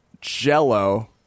Jello